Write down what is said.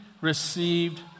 received